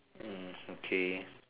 hmm okay